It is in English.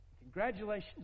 Congratulations